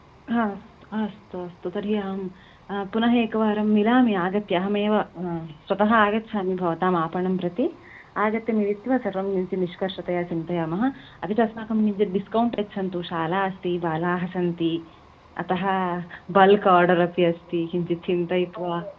आम् अस्तु अस्तु तर्हि अहं पुनः एकवारं मिलामि आगत्य अहमेव स्वतः आगच्छामि भवताम् आपणं प्रति आगत्य मिलित्वा सर्वं किञ्चित् निष्कर्षतया चिन्तयामः अपि अस्माकं किञ्चित् डिस्कौण्ट् यच्छन्तु शाला अस्ति बालाः सन्ति अतः बल्क् आर्डर् अपि अस्ति किञ्चित् चिन्तयित्वा